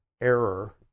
error